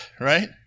right